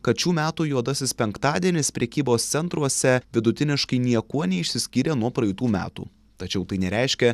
kad šių metų juodasis penktadienis prekybos centruose vidutiniškai niekuo neišsiskyrė nuo praeitų metų tačiau tai nereiškia